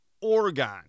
Oregon